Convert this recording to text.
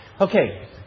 Okay